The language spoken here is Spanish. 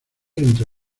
entre